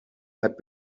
had